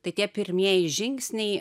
tai tie pirmieji žingsniai